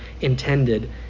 intended